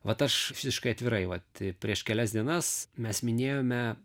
vat aš visiškai atvirai vat prieš kelias dienas mes minėjome